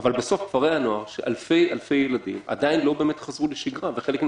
אבל בסוף אלפי ילדים עדיין לא חזרו לשגרה וחלקם